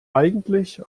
eigentlich